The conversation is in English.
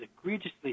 egregiously